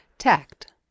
Tact